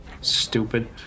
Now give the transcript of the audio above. Stupid